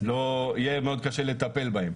יהיה מאוד קשה לטפל בהם.